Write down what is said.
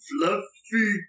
Fluffy